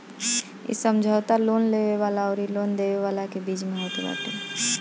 इ समझौता लोन लेवे वाला अउरी लोन देवे वाला के बीच में होत बाटे